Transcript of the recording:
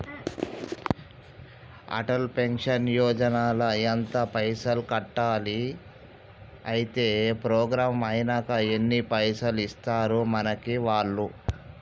Atal pension Yojana ల ఎంత పైసల్ కట్టాలి? అత్తే ప్రోగ్రాం ఐనాక ఎన్ని పైసల్ ఇస్తరు మనకి వాళ్లు?